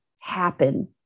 happen